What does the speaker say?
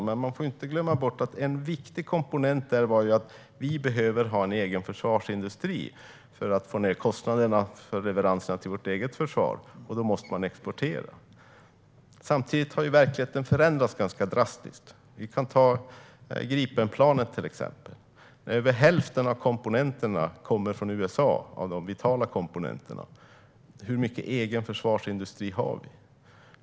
Man får dock inte glömma bort att en viktig komponent var att vi behövde ha en egen försvarsindustri för att få ned kostnaderna för leveranserna till vårt eget försvar, och då måste vi exportera. Men verkligheten har förändrats ganska drastiskt. Ta till exempel Gripenplanet. Över hälften av de vitala komponenterna kommer från USA. Hur mycket egen försvarsindustri har vi?